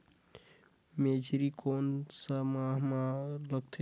मेझरी कोन सा माह मां लगथे